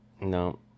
No